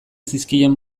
zizkien